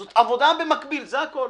זאת עבודה במקביל, זה הכול.